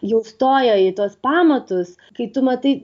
jau stoja į tuos pamatus kai tu matai